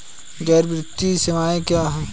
गैर वित्तीय सेवाएं क्या हैं?